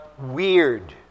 weird